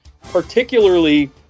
particularly